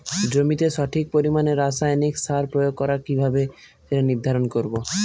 জমিতে সঠিক পরিমাণে রাসায়নিক সার প্রয়োগ করা কিভাবে সেটা নির্ধারণ করব?